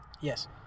Yes